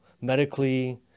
medically